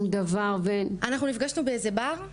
אנחנו נפגשנו באיזה בר,